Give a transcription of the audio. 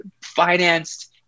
financed